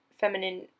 feminine